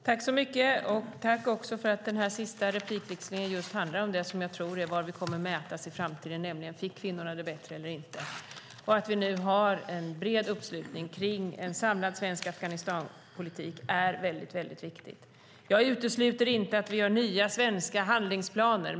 Fru talman! Tack för att den här sista replikväxlingen handlar om det jag tror är vad vi kommer att mätas utifrån i framtiden, nämligen om kvinnorna fick det bättre eller inte. Att vi nu har en bred uppslutning kring en samlad svensk Afghanistanpolitik är mycket viktigt. Jag utesluter inte att vi gör nya svenska handlingsplaner.